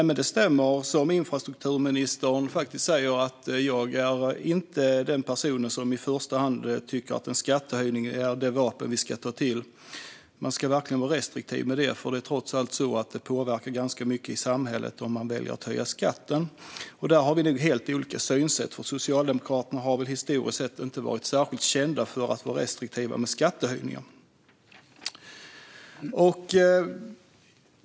Fru talman! Det infrastrukturministern säger stämmer. Jag är inte en person som tycker att det vapen vi i första hand ska ta till är skattehöjning. Man ska vara restriktiv med det. Det påverkar trots allt mycket i samhället om man väljer att höja skatten. Där har vi helt olika synsätt. Socialdemokraterna har historiskt sett inte varit särskilt kända för att vara restriktiva med skattehöjningar.